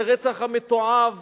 לרצח המתועב